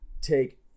take